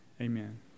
Amen